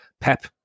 Pep